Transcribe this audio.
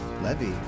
Levy